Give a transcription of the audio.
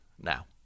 now